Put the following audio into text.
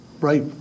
right